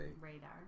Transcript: Radar